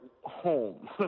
home